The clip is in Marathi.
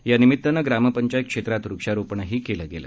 यानिमीत्तानं ग्रामपंचायत क्षेत्रात वृक्षारोपणही केलं गेलं